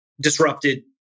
disrupted